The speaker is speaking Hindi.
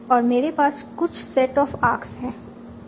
और मेरे पास कुछ सेट ऑफ आर्क्स हैं